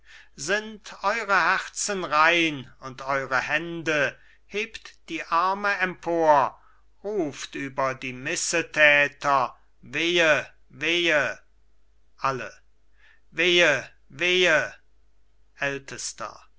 sind eure herzen rein und eure hände hebt die arme empor ruft über die missetäter wehe wehe alle wehe wehe ältester